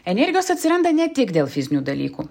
energijos atsiranda ne tik dėl fizinių dalykų